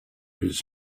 his